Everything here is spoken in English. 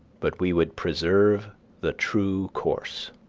but we would preserve the true course.